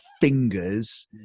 fingers